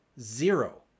zero